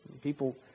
People